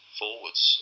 forwards